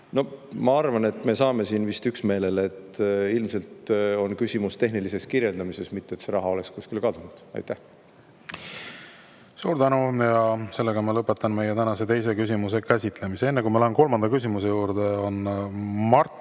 ma arvan, et me jõuame siin vist üksmeelele selles, et ilmselt on küsimus tehnilises kirjeldamises, mitte et see raha oleks kuskile kadunud. Suur tänu! Lõpetan meie tänase teise küsimuse käsitlemise. Enne, kui ma lähen kolmanda küsimuse juurde, on Mart